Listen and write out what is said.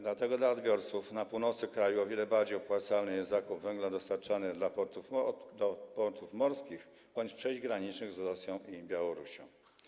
Dlatego dla odbiorców na północy kraju o wiele bardziej opłacalny jest zakup węgla dostarczanego do portów morskich bądź przejść granicznych z Rosją i Białorusią.